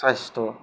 স্বাস্থ্য